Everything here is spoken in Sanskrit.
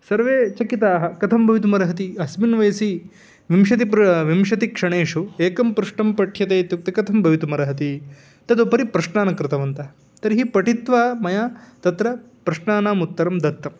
सर्वे चकिताः कथं भवितुमर्हति अस्मिन् वयसि विंशतिः प्र विंशतिक्षणेषु एकं पृष्टं पठ्यते इत्युक्ते कथं भवितुमर्हति तदुपरि प्रश्नान् कृतवन्तः तर्हि पठित्वा मया तत्र प्रश्नानामुत्तरं दत्तं